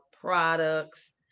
products